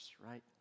right